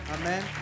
Amen